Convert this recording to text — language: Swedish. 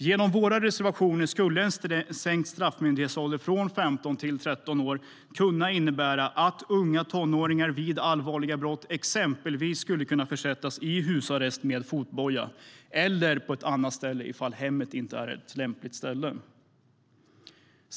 Genom våra reservationer skulle en sänkt straffmyndighetsålder från 15 till 13 år kunna innebära att unga tonåringar vid allvarliga brott exempelvis skulle kunna försättas i husarrest, eller på ett annat ställe om hemmet inte är ett lämpligt ställe, med fotboja.